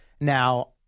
Now